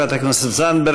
תודה, חברת הכנסת זנדברג.